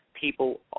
people